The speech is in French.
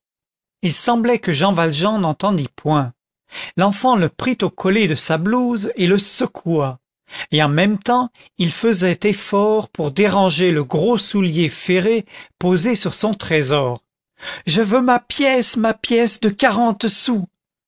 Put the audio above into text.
il semblait que jean valjean n'entendit point l'enfant le prit au collet de sa blouse et le secoua et en même temps il faisait effort pour déranger le gros soulier ferré posé sur son trésor je veux ma pièce ma pièce de quarante sous